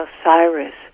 Osiris